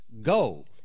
Go